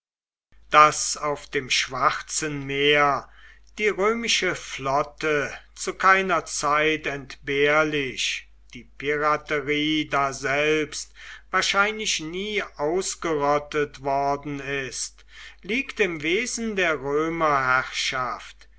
daß auf dem schwarzen meer die römische flotte zu keiner zeit entbehrlich die piraterie daselbst wahrscheinlich nie ausgerottet worden ist liegt im wesen der